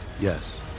Yes